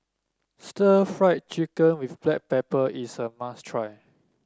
stir Fry Chicken with Black Pepper is a must try